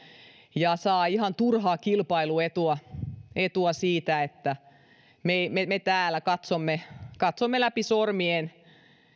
ja saa ihan turhaa kilpailuetua siitä että me me täällä katsomme katsomme läpi sormien